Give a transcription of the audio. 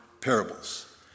parables